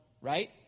right